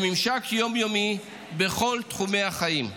בממשק יום-יומי בכל תחומי החיים.